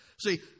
See